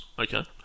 Okay